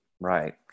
Right